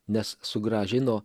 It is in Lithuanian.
nes sugrąžino